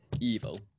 evil